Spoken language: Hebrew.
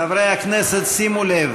חברי הכנסת, שימו לב,